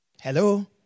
Hello